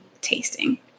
tasting